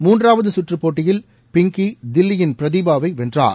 மூன்றாவது சுற்றுப்போட்டியில் பிங்கி தில்லியின் பிரதீபாவை வென்றார்